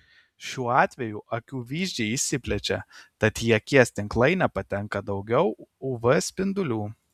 šiuo atveju akių vyzdžiai išsiplečia tad į akies tinklainę patenka daugiau uv spindulių